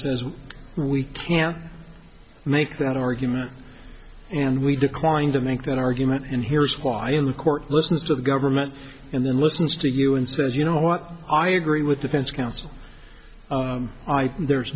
says we can't make that argument and we declined to make that argument and here's why in court listens to the government and then listens to you and says you know what i agree with defense counsel there's